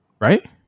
Right